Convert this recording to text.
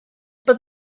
bod